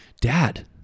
dad